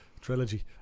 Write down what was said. trilogy